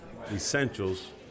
essentials